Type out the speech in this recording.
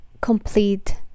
complete